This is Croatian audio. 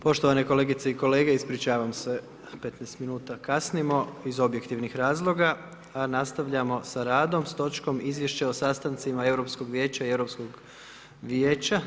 Poštovane kolegice i kolege, ispričavam se, 15 min kasnimo, iz objektivnih razloga, a nastavljamo s radom s točkom: - Izvješće o sastancima Europskog vijeća i Europskog vijeća.